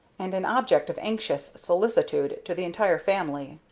and an object of anxious solicitude to the entire family.